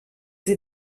sie